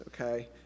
okay